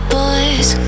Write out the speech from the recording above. boys